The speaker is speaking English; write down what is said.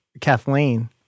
Kathleen